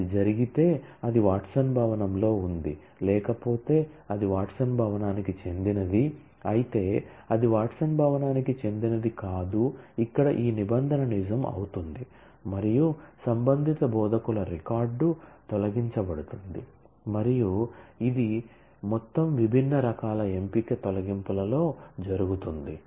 అది జరిగితే అది వాట్సన్ భవనంలో ఉంది లేకపోతే అది వాట్సన్ భవనానికి చెందినది అయితే అది వాట్సన్ భవనానికి చెందినది కాదు ఇక్కడ ఈ వేర్ క్లాజ్ నిజం అవుతుంది మరియు సంబంధిత బోధకుల రికార్డ్ తొలగించబడుతుంది మరియు ఇది మొత్తం విభిన్న రకాల సెలెక్టివ్ డిలీషన్ జరుగుతుంది